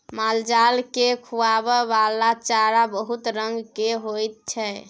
मालजाल केँ खुआबइ बला चारा बहुत रंग केर होइ छै